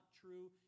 true